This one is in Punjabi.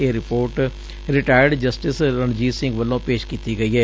ਇਹ report retired justice Ranjit Singh ਵੱਲੋਂ ਪੇਸ਼ ਕੀਤੀ ਗਈ ਏ